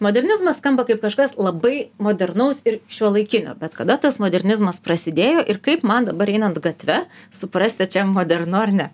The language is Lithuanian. modernizmas skamba kaip kažkas labai modernaus ir šiuolaikinio bet kada tas modernizmas prasidėjo ir kaip man dabar einant gatve suprasti čia modernu ar ne